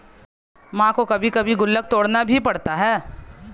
मां को कभी कभी गुल्लक तोड़ना भी पड़ता है